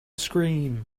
scream